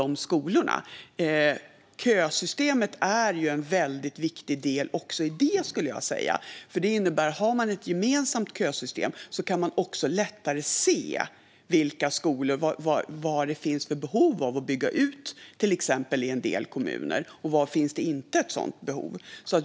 Jag skulle säga att kösystemet är en väldigt viktig del också i detta. Ett gemensamt kösystem innebär att man lättare kan se exempelvis var och i vilka kommuner det finns behov av att bygga ut skolor och var det inte finns ett sådant behov.